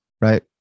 right